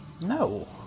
No